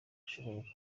ushobora